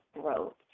growth